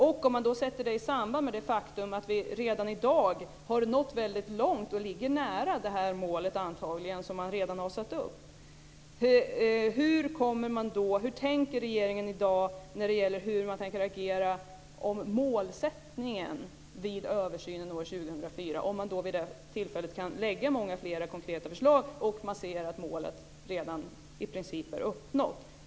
Om man sätter det i samband med att vi redan i dag har nått väldigt långt och ligger nära det mål som redan har satts upp, hur tänker regeringen då agera i fråga om målsättningen? Kan man lägga fram fler konkreta förslag om man ser att målet redan i princip är uppnått?